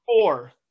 four